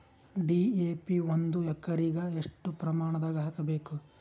DAP ಒಂದು ಎಕರಿಗ ಎಷ್ಟ ಪ್ರಮಾಣದಾಗ ಹಾಕಬೇಕು?